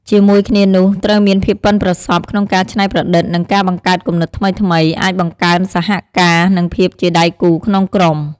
ជាមួយគ្នានោះ ត្រូវមានភាពប៉ិនប្រសប់ក្នុងការច្នៃប្រឌិត និងការបង្កើតគំនិតថ្មីៗ អាចបង្កើនសហការណ៍ និងភាពជាដៃគូក្នុងក្រុម។